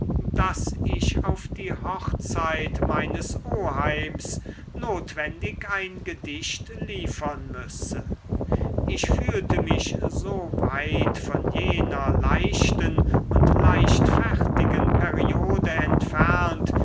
daß ich auf die hochzeit meines oheims notwendig ein gedicht liefern müsse ich fühlte mich so weit von jener leichten und leichtfertigen periode entfernt